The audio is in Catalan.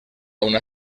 una